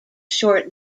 short